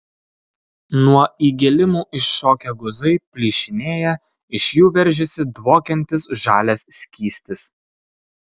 nuo įgėlimų iššokę guzai plyšinėja iš jų veržiasi dvokiantis žalias skystis